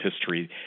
history